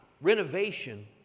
renovation